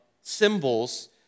symbols